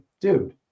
dude